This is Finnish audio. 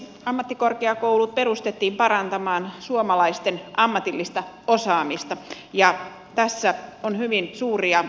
ammattikorkeakoulut perustettiin parantamaan suomalaisten ammatillista osaamista ja tässä on hyvin suuri ja iso haaste